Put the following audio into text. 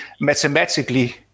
mathematically